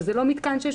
אז זה לא מתקן שעשועים,